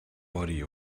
body